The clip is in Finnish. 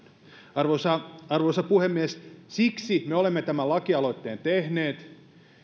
arvoisa arvoisa puhemies siksi me olemme tämän lakialoitteen tehneet